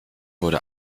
wurde